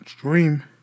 dream